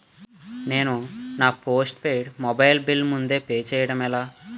నేను నా postpaid mobile bill ముందే పే చేయడం ఎలా?